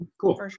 Cool